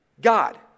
God